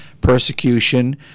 persecution